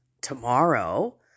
tomorrow